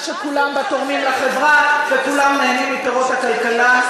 מדינה שכולם בה תורמים לחברה וכולם נהנים מפירות הכלכלה.